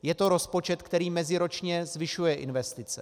Je to rozpočet, který meziročně zvyšuje investice.